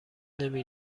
نمی